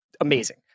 amazing